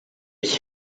ich